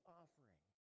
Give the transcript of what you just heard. offering